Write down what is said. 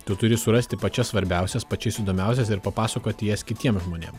tu turi surasti pačias svarbiausias pačias įdomiausias ir papasakoti jas kitiem žmonėm